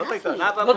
זאת הייתה השאלה.